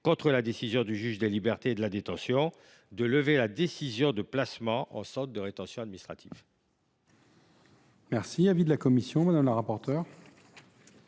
contre la décision du juge des libertés et de la détention de lever la décision de placement en centre de rétention administratif.